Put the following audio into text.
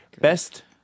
Best